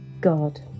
God